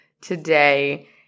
today